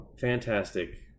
Fantastic